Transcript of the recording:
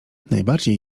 najbardziej